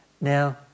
Now